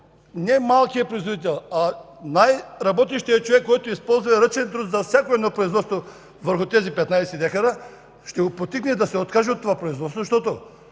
не малкия производител, а най-работещия човек, който използва ръчен труд за всяко едно производство върху тези 15 декара, да се откаже от това производство. Защото,